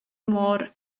môr